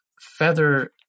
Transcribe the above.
feather